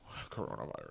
coronavirus